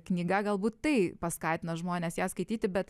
knyga galbūt tai paskatino žmones ją skaityti bet